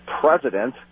president